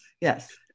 Yes